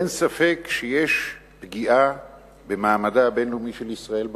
אין ספק שיש פגיעה במעמדה הבין-לאומי של ישראל בעולם,